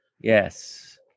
Yes